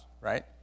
right